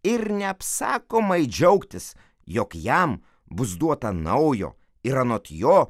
ir neapsakomai džiaugtis jog jam bus duota naujo ir anot jo